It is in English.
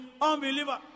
unbeliever